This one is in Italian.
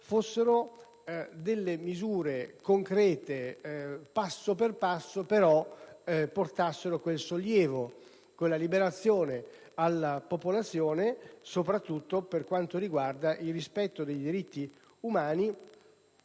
concernessero misure concrete che passo per passo, però, portassero quel sollievo, quella liberazione della popolazione, soprattutto per quanto riguarda il rispetto dei diritti umani,